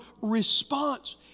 response